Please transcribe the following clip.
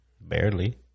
Barely